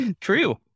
True